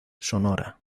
sonora